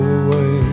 away